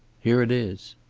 here it is.